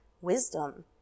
wisdom